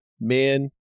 men